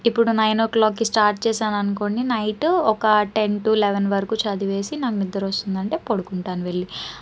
ఇప్పుడు nine o క్లాక్కి start చేశాననుకోండి నైట్ ఒక టెన్ టు లెవెన్ వరకు చదివేసి నాకు నిద్ర వస్తుందంటే పడుకుంటాను వెళ్ళి